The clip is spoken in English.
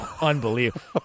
unbelievable